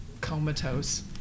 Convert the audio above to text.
comatose